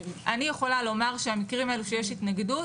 אני יכול לומר שבמקרים האלה שיש התנגדות,